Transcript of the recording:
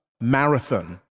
marathon